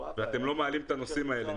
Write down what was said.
אתם לא מעלים את הנושאים האלה.